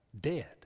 dead